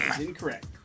Incorrect